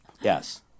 Yes